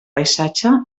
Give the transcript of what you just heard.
paisatge